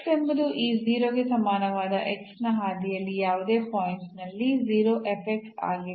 ಎಂಬುದು ಈ 0 ಗೆ ಸಮಾನವಾದ ನ ಹಾದಿಯಲ್ಲಿ ಯಾವುದೇ ಪಾಯಿಂಟ್ ನಲ್ಲಿ ಆಗಿದೆ